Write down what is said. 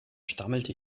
stammelte